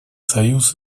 союз